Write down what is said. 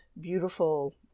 beautiful